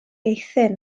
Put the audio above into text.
eithin